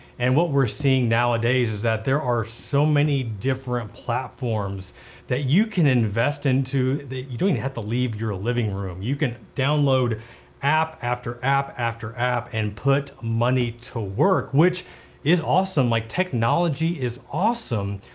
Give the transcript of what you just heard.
and what we're seeing nowadays is that there are so many different platforms that you can invest into that you don't even have to leave your living room. you can download app after app after app and put money to work, which is awesome. like, technology is awesome,